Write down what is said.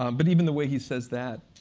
um but even the way he says that,